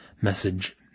message